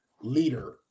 leader